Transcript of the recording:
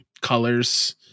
colors